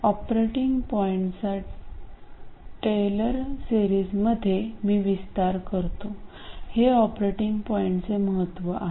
operating पॉईंटचा Taylor सेरीजमध्ये मी विस्तार करतो हे ऑपरेटिंग पॉईंटचे महत्व आहे